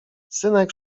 synek